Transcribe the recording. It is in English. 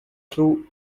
true